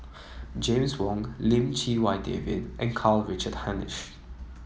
James Wong Lim Chee Wai David and Karl Richard Hanitsch